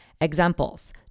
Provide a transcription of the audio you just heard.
Examples